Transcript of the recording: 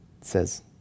says